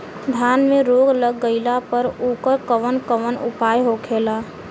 धान में रोग लग गईला पर उकर कवन कवन उपाय होखेला?